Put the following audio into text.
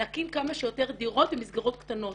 להקים כמה שיותר דירות ומסגרות קטנות.